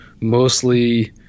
mostly